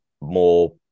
more